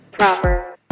Proper